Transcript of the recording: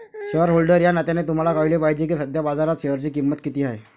shareholder या नात्याने तुम्हाला कळले पाहिजे की सध्या बाजारात शेअरची किंमत किती आहे